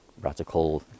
radical